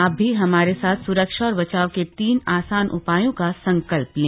आप भी हमारे साथ स्रक्षा और बचाव के तीन आसान उपायों का संकल्प लें